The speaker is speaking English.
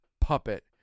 puppet